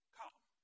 come